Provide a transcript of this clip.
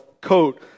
coat